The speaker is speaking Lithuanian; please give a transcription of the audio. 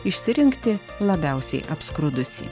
išsirinkti labiausiai apskrudusį